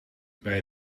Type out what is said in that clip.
bij